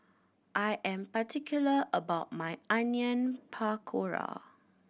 I am particular about my Onion Pakora